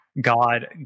God